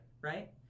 Right